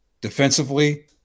defensively